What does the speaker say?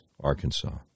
Arkansas